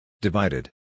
Divided